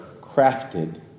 crafted